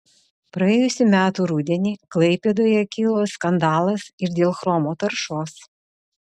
praėjusių metų rudenį klaipėdoje kilo skandalas ir dėl chromo taršos